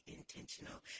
intentional